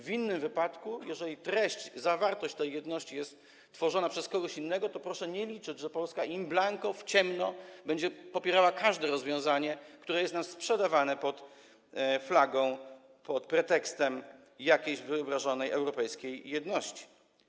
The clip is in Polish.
W innym wypadku, jeżeli treść, zawartość tej jedności jest tworzona przez kogoś innego, proszę nie liczyć, że Polska in blanco, w ciemno będzie popierała każde rozwiązanie, które jest nam sprzedawane pod flagą, pod pretekstem jakiejś wyobrażonej europejskiej jedności.